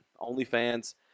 OnlyFans